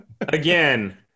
Again